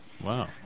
Wow